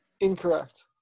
Incorrect